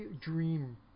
dream